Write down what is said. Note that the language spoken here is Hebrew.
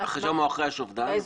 אחרי השפדן.